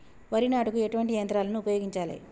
వరి నాటుకు ఎటువంటి యంత్రాలను ఉపయోగించాలే?